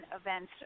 events